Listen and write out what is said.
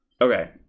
okay